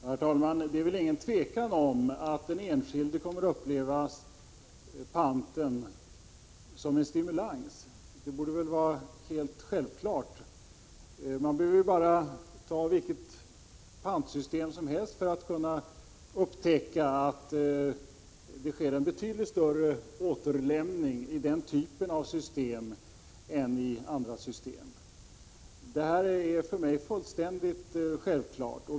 Herr talman! Det råder inget tvivel om att den enskilde kommer att uppleva panten som en stimulans. Det borde vara självklart. Man behöver bara se på vilket pantsystem som helst för att upptäcka att det sker en betydligt större återlämning i den typen av system än i andra system. Detta är för mig fullständigt självklart.